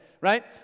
right